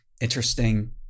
interesting